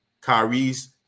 Kyrie's